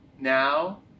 Now